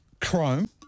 Chrome